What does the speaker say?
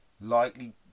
lightly